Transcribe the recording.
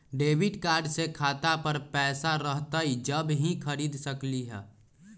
Debit card से खाता पर पैसा रहतई जब ही खरीद सकली ह?